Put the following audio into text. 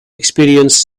experienced